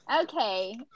Okay